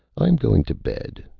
i am going to bed.